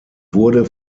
wurde